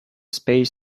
space